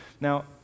Now